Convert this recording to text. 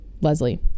Leslie